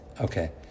Okay